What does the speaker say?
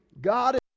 God